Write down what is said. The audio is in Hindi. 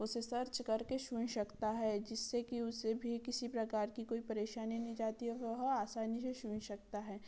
उसे सर्च करके सुन सकता है जिससे कि उसे भी किसी प्रकार की कोई परेशानी नहीं जाती है वह आसानी से सुन सकता है